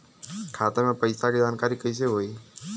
खाता मे पैसा के जानकारी कइसे होई?